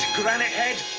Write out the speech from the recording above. granite head!